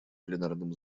пленарном